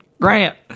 Grant